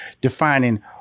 defining